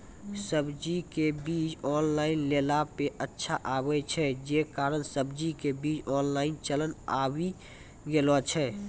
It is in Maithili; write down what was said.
सब्जी के बीज ऑनलाइन लेला पे अच्छा आवे छै, जे कारण सब्जी के बीज ऑनलाइन चलन आवी गेलौ छै?